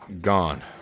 Gone